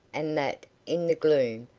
and that, in the gloom,